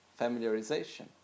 familiarization